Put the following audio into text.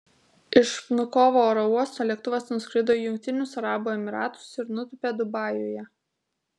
iš vnukovo oro uosto lėktuvas nuskrido į jungtinius arabų emyratus ir nutūpė dubajuje